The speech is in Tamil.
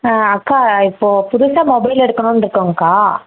ஆ அக்கா இப்போது புதுசாக மொபைல் எடுக்கணும்னு இருக்கோங்க்கா